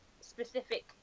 specific